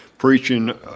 Preaching